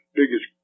biggest